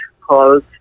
called